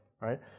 right